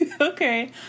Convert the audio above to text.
Okay